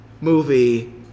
movie